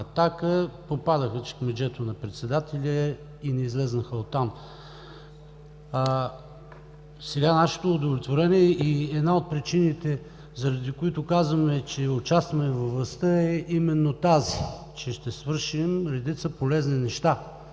„Атака“, попадаха в чекмеджето на председателя и не излязоха оттам. Сега нашето удовлетворение и една от причините, заради които казваме, че участваме във властта е именно тази – че ще свършим редица полезни неща.